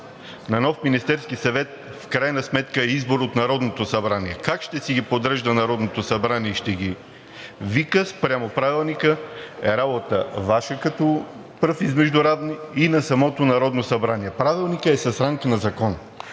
на нов Министерски съвет в крайна сметка е избор на Народното събрание. Как ще си ги подрежда Народното събрание и ще ги вика спрямо Правилника е Ваша работа – като пръв измежду равни, и на самото Народно събрание. Правилникът е с ранг на закон.